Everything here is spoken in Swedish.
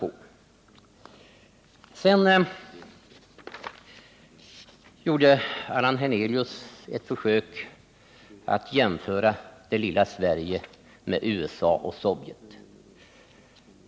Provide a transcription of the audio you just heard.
Allan Hernelius gjorde ett försök att jämföra det lilla Sverige med USA och Sovjet.